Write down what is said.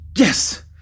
Yes